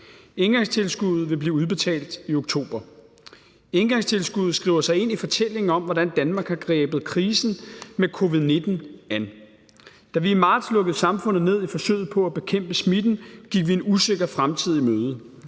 Engangstilskuddet vil blive udbetalt i oktober. Engangstilskuddet skriver sig ind i fortællingen om, hvordan Danmark har grebet krisen med covid-19 an. Da vi i marts lukkede samfundet ned i forsøget på at bekæmpe smitten, gik vi en usikker fremtid i møde.